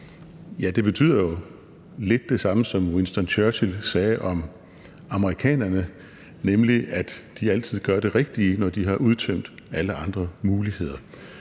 Ja, det betyder jo lidt det samme, som Winston Churchill sagde om amerikanerne, nemlig at de altid gør det rigtige, når de har udtømt alle andre muligheder.